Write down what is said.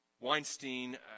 Weinstein